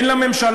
אין לממשלה,